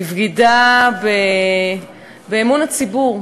לבגידה באמון הציבור,